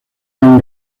gran